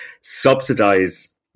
subsidize